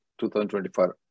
2024